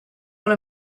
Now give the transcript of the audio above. one